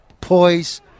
poise